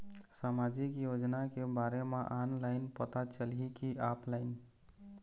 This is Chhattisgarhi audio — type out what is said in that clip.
सामाजिक योजना के बारे मा ऑनलाइन पता चलही की ऑफलाइन?